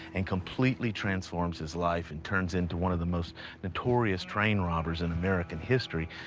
and completely transforms his life and turns into one of the most notorious train robbers in american history.